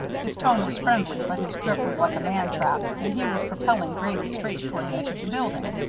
his tone was friendly but his grip was like a man-trap, and he was propelling grady straight toward the edge of the building.